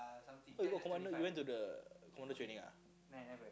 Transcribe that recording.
oh you got Commando oh you went to the Commando training ah